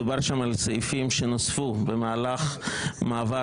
מדובר שם על סעיפים שנוספו במהלך מעבר